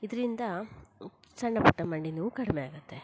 ಇದರಿಂದ ಸಣ್ಣಪುಟ್ಟ ಮಂಡಿ ನೋವು ಕಡಿಮೆ ಆಗತ್ತೆ